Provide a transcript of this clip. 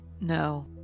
No